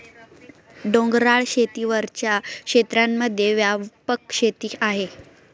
डोंगराळ शेती वरच्या क्षेत्रांमध्ये व्यापक शेती आहे